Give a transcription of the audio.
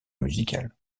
musical